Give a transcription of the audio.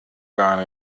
gar